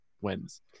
wins